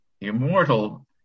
immortal